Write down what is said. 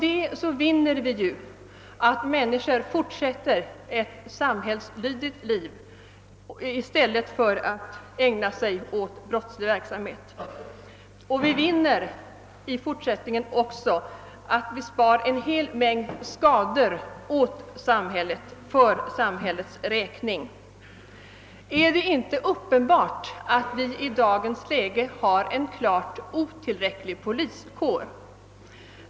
Därigenom vinner vi att människor fortsätter ett samhällsnyttigt liv i stället för att ägna sig åt brottslig verksamhet, och vi vinner därigenom i fortsättningen också att vi slipper ifrån en mängd skador i samhället. Är det inte uppenbart att vi i dagens läge har en klart otillräcklig poliskår?